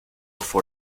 for